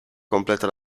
completa